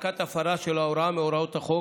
להפסקת הפרה של הוראה מהוראות החוק,